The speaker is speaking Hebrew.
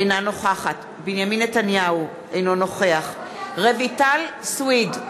אינה נוכחת בנימין נתניהו, אינו נוכח רויטל סויד,